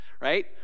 right